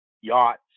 yachts